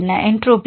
மாணவர் என்ட்ரோபி